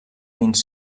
dins